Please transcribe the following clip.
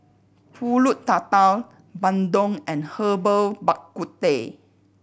Pulut Tatal bandung and Herbal Bak Ku Teh